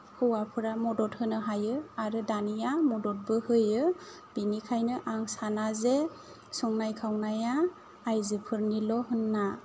हौवाफोरा मदद होनो हायो आरो दानिया मददबो होयो बिनिखायनो आं साना जे संनाय खावनाया आयजोफोरनिल' होनना